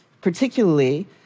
particularly